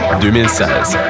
2016